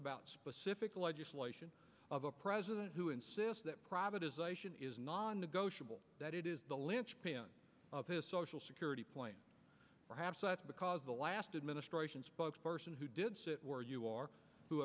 about specific legislation of a president who insists that privatization is non negotiable that it is the linchpin of his social security plan perhaps because the last administration spokesperson who did sit where you are who